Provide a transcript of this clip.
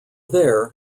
there